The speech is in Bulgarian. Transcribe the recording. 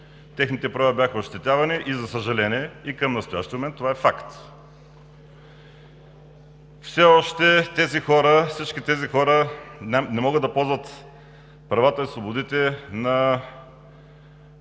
Техните права бяха ощетявани. За съжаление, и към настоящия момент това е факт. Все още всички тези хора не могат да ползват правата и свободите, на